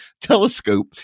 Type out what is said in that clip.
telescope